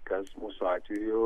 kas mūsų atveju